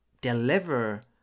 deliver